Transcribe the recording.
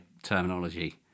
Terminology